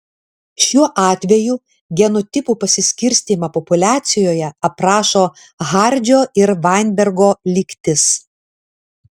šiuo atveju genotipų pasiskirstymą populiacijoje aprašo hardžio ir vainbergo lygtis